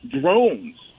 drones